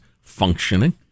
functioning